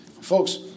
Folks